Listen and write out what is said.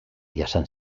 jasan